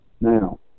now